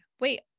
wait